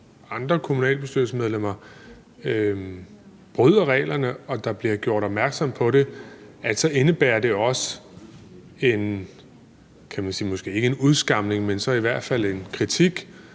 et andet kommunalbestyrelsesmedlem bryder reglerne og der bliver gjort opmærksom på det, indebærer det også, måske